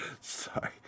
Sorry